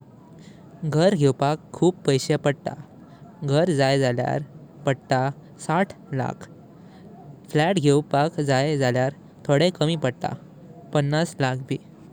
घर घेवपाक खूप पैसे पडता। घर जाय जाल्यार पडता साठ लाख। फ्लॅट घेवपाक जाय जाल्यार थोडें कमी पडता, पन्नास लाख भी।